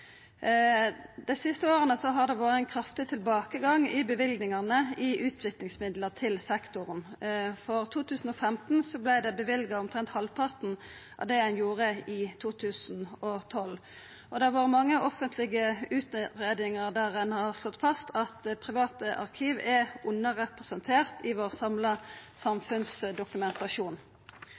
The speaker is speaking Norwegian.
Dei siste åra har det vore ein kraftig tilbakegang i løyvingane i utviklingsmidlar til sektoren. For 2015 vart det løyvd omtrent halvparten av det ein gjorde i 2012, og det har vore mange offentlege utgreiingar der ein har slått fast at private arkiv er underrepresenterte i den samla